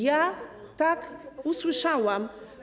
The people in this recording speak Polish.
Ja tak usłyszałam.